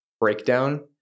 breakdown